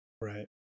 Right